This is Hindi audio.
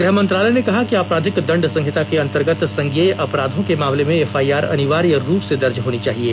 गृह मंत्रालय ने कहा कि आपराधिक दंड संहिता के अंतर्गत संज्ञेय अपराधों के मामले में एफ आईआर अनिवार्य रूप से दर्ज होनी चाहिए